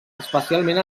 especialment